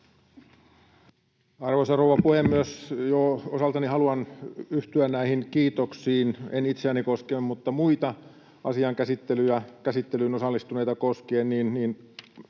Arvoisa rouva puhemies! Osaltani haluan yhtyä näihin kiitoksiin, en itseäni koskien mutta muita asian käsittelyyn osallistuneita koskien